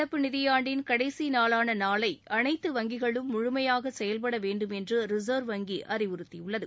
நடப்பு நிதியாண்டின் கடைசி நாளான நாளை அனைத்து வங்கிகளும் முழுமையாக செயல்பட வேண்டும் என்று ரிசர்வ் வங்கி அறிவுறுத்தியுள்ளது